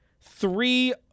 three